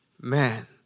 man